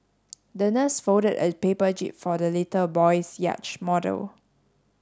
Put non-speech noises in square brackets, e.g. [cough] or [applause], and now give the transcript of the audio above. [noise] the nurse folded a paper jib for the little boy's yacht model